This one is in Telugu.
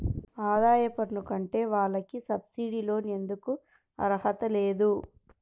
ఆదాయ పన్ను కట్టే వాళ్లకు సబ్సిడీ లోన్ ఎందుకు అర్హత లేదు?